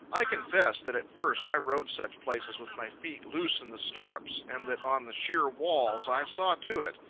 i confess that at first i rode such places with my feet loose in the stirrups, and that on the sheer walls i saw to it,